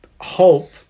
hope